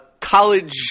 college –